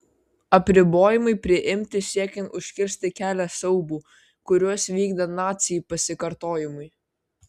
apribojimai priimti siekiant užkirsti kelią siaubų kuriuos vykdė naciai pasikartojimui